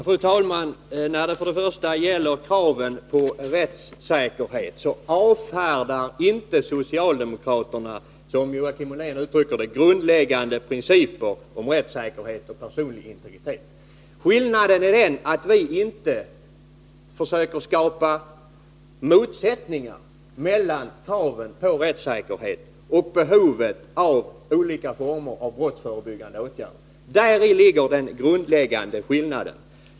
Fru talman! När det först gäller kraven på rättssäkerhet vill jag säga att socialdemokraterna inte avfärdar — som Joakim Ollén uttrycker det — de grundläggande principerna om rättssäkerhet och personlig integritet. Den avgörande skillnaden är den att vi inte försöker skapa motsättningar mellan kraven på rättssäkerhet och behovet av olika former av brottsförebyggande åtgärder.